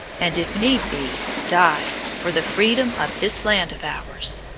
and, if need be, die, for the freedom of this land of ours.